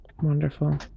Wonderful